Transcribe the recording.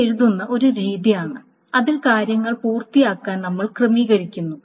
ഇത് എഴുതുന്ന ഒരു രീതിയാണ് അതിൽ കാര്യങ്ങൾ പൂർത്തിയാക്കാൻ നമ്മൾ ക്രമീകരിക്കുന്നു